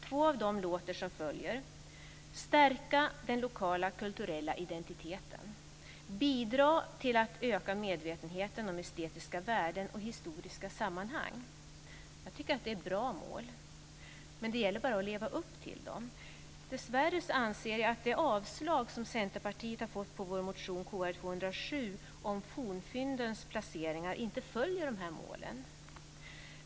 Två av dem låter som följer: - stärka den lokala kulturella identiteten - bidra till att öka medvetenheten om estetiska värden och historiska sammanhang. Jag tycker att det är bra mål. Det gäller bara att leva upp till dem. Dessvärre anser jag att det yrkande om avslag som Centerpartiet har fått på sin motion Kr207 om fornfyndens placeringar inte följer de här målen.